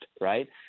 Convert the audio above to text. right